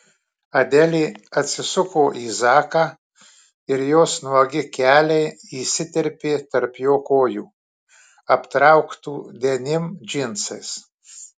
adelė atsisuko į zaką ir jos nuogi keliai įsiterpė tarp jo kojų aptrauktų denim džinsais